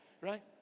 right